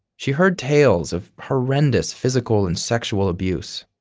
she heard tales of horrendous physical and sexual abuse.